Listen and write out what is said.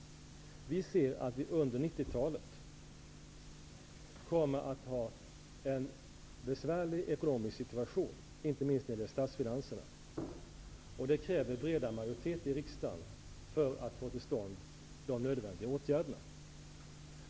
Vi ser att vi under 1990-talet kommer att ha en besvärlig ekonomisk situation, inte minst när det gäller statsfinanserna. Det kräver bred majoritet i riksdagen för att få till stånd de nödvändiga åtgärderna.